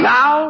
Now